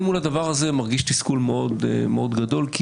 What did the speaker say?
מול הדבר הזה אני מרגיש תסכול מאוד גדול כי